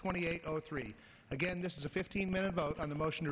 twenty eight zero three again this is a fifteen minute about on the motion